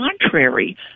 contrary